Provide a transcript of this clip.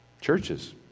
churches